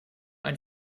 ein